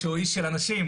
שהוא איש של אנשים,